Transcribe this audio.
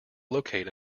locate